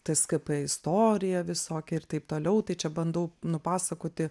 tskp istoriją visokią ir taip toliau tai čia bandau nupasakoti